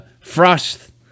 Frost